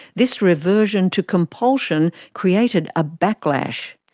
this reversion to compulsion created a backlash.